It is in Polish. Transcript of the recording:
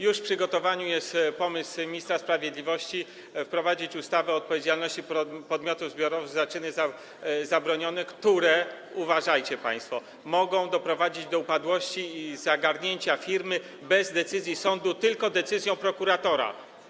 Już w przygotowaniu jest realizacja pomysłu ministra sprawiedliwości, by wprowadzić ustawę o odpowiedzialności podmiotów zbiorowych za czyny zabronione, która - uważajcie, państwo - może doprowadzić do upadłości i zagarnięcia firmy bez decyzji sądu, tylko na podstawie decyzji prokuratora.